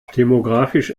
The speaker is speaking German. demografisch